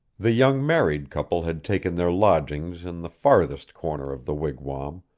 the young married couple had taken their lodgings in the farthest corner of the wigwam,